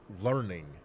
learning